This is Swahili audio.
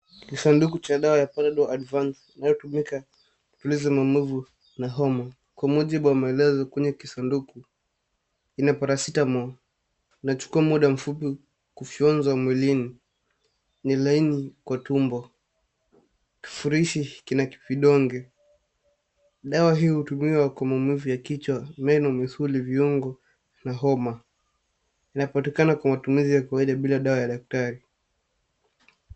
Kisanduku cha dawa Panadol Advance inayotumika kutuliza maumivu na homa. Kwa mujibu wa maelezo kwenye kisanduku ina paracetamol . Inachukua muda mfupi kufyonza mwilini. Ni laini kwa tumbo. Kifurushi kina vidonge. Dawa hii hutumiwa kwa maumivu ya kichwa, meno, misuli, viungo na homa. Inapatikana kwa matumizi ya kawaida bila dawa ya daktari.